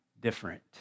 different